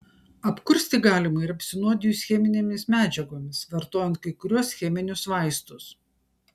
apkursti galima ir apsinuodijus cheminėmis medžiagomis vartojant kai kuriuos cheminius vaistus